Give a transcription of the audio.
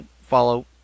follow